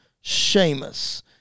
Sheamus